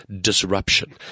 disruption